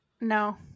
no